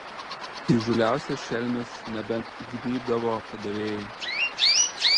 įžūliausias šelmis nebent įgnybdavo padavėjai